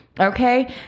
Okay